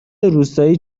روستایی